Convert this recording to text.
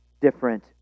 different